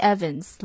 Evans